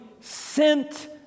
sent